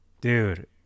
Dude